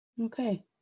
Okay